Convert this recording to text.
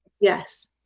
Yes